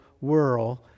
world